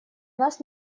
нас